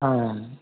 हँ